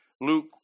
Luke